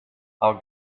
our